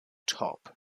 top